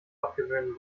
abgewöhnen